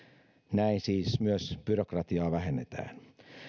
näin siis myös byrokratiaa vähennetään